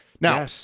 Now